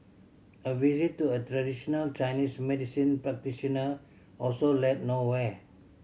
a visit to a traditional Chinese medicine practitioner also led nowhere